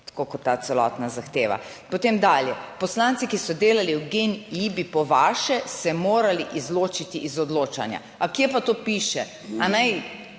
tako kot ta celotna zahteva. Potem dalje. poslanci, ki so delali v GEN-i, bi po vaše se morali izločiti iz odločanja. A, kje pa to piše?